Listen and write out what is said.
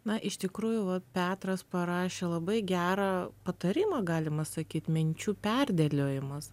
na iš tikrųjų va petras parašė labai gerą patarimą galima sakyt minčių perdėliojimas